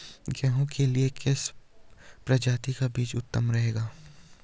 गेहूँ के लिए किस प्रजाति का बीज उत्तम रहेगा?